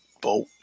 boat